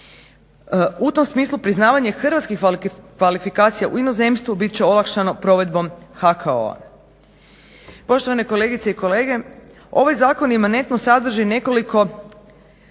U tom smislu priznavanje hrvatskih kvalifikacija u inozemstvu bit će olakšano provedbom HKO-a. Poštovane kolegice i kolege ovaj zakon imanentno sadrži nekoliko